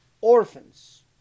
orphans